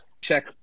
check